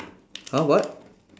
!huh! what